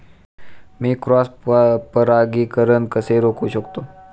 मी cross परागीकरण कसे रोखू शकतो?